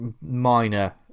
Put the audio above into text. minor